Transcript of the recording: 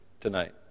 tonight